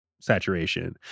saturation